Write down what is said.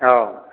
औ